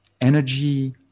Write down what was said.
energy